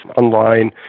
online